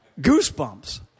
goosebumps